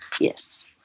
Yes